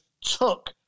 took